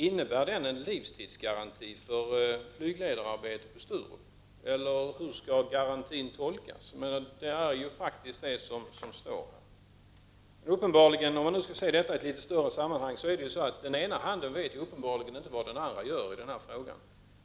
Innebär detta en livstidsgaranti för flygledararbetet på Sturup — det är ju faktiskt vad som står här? Hur skall garantin tolkas? Om man skall se på detta i ett litet större sammanhang, är det så att den ena handen uppenbarligen inte vet vad den andra gör i den här frågan.